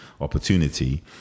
opportunity